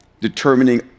determining